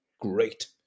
Great